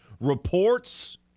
Reports